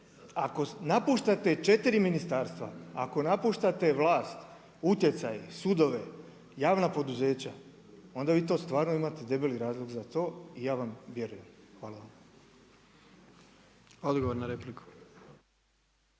ako napuštate 4 ministarstva, ako napuštate vlast, utjecaj, sudove, javna poduzeća, onda vi stvarno imate debeli razlog za to, i ja vam vjerujem. Hvala vam. **Jandroković,